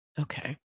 Okay